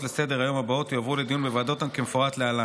לסדר-היום הבאות יועברו לדיון בוועדות כמפורט להלן: